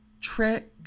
trick